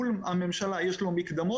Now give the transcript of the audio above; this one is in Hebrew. מול הממשלה יש לו מקדמות,